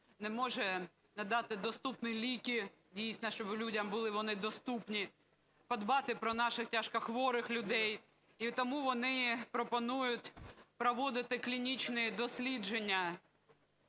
не може надати доступні ліки, дійсно, щоб людям були вони доступні, подбати про наших тяжкохворих людей. І тому вони пропонують проводити клінічні дослідження